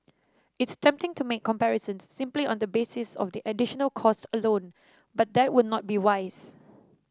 it's tempting to make comparisons simply on the basis of the additional cost alone but that would not be wise